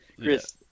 Chris